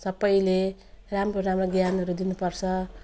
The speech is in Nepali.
सबैले राम्रो राम्रो ज्ञानहरू दिनुपर्छ